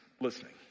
listening